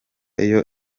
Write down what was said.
iyo